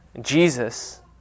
Jesus